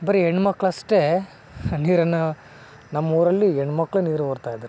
ಬರಿ ಹೆಣ್ಮಕ್ಳ್ ಅಷ್ಟೇ ನೀರನ್ನು ನಮ್ಮ ಊರಲ್ಲಿ ಹೆಣ್ಮಕ್ಳು ನೀರು ಹೊರ್ತಾ ಇದ್ದರು